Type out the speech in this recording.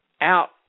out